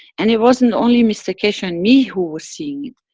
and, it wasn't only mr keshe and me who were seeing it,